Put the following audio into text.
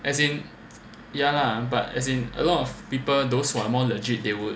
as in ya lah but as in a lot of people those who are more legit they would